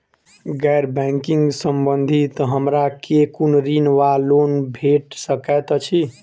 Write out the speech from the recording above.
गैर बैंकिंग संबंधित हमरा केँ कुन ऋण वा लोन भेट सकैत अछि?